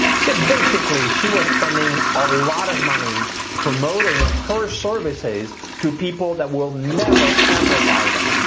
so basically she was spending a lot of money promoting her services to people that will never ever buy them.